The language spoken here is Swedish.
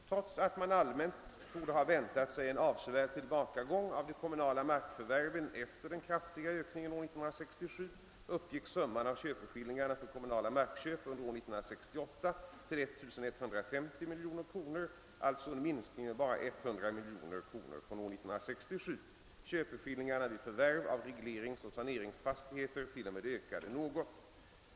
Trots att man allmänt torde ha väntat sig en avsevärd tillbakagång av de kommunala markförvärven efter den kraftiga ökningen år 1967, uppgick summan av köpeskillingarna för kommunala markköp under år 1968 till 1150 miljoner kronor, alltså en minskning med bara 100 miljoner kronor från år 1967. Köpeskillingarna vid förvärv av regleringsoch = saneringsfastigheter t.o.m. ökade något.